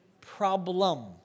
problem